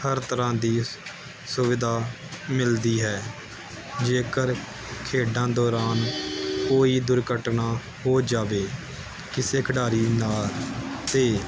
ਹਰ ਤਰ੍ਹਾਂ ਦੀ ਸੁਵਿਧਾ ਮਿਲਦੀ ਹੈ ਜੇਕਰ ਖੇਡਾਂ ਦੌਰਾਨ ਕੋਈ ਦੁਰਘਟਨਾ ਹੋ ਜਾਵੇ ਕਿਸੇ ਖਿਡਾਰੀ ਨਾਲ ਅਤੇ